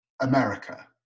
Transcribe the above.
America